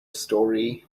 story